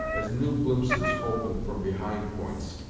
as new glimpses opened from behind points,